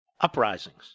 Uprisings